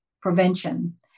prevention